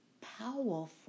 powerful